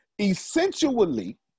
Essentially